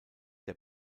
der